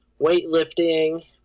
weightlifting